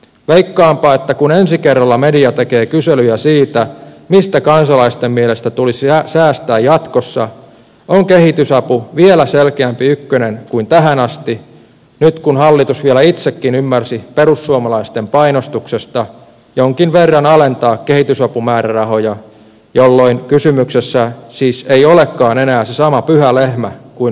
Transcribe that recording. veikkaanpa että kun ensi kerralla media tekee kyselyjä siitä mistä kansalaisten mielestä tulisi säästää jatkossa on kehitysapu vielä selkeämpi ykkönen kuin tähän asti nyt kun hallitus vielä itsekin ymmärsi perussuomalaisten painostuksesta jonkin verran alentaa kehitysapumäärärahoja jolloin kysymyksessä siis ei olekaan enää se sama pyhä lehmä kuin vaalikauden alussa